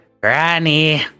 Granny